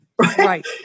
Right